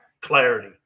Clarity